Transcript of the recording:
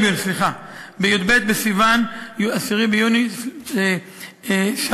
ב-10 ביוני, סליחה.